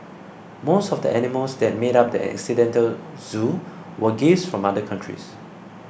most of the animals that made up the accidental zoo were gifts from other countries